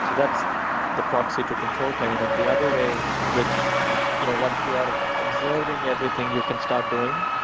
so that's the proxy to control plane and the other way which you know once you are observing everything, you can start doing.